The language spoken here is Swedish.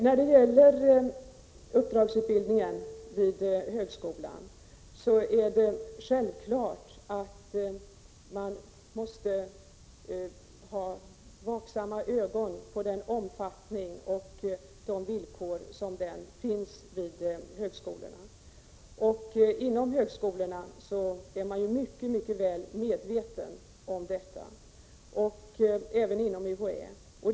När det gäller uppdragsutbildningen vid högskolan är det självklart att det är nödvändigt att vara vaksam på dess omfattning och villkoren för den vid högskolorna. Man är mycket väl medveten om detta inom högskolorna och även inom UHÄ.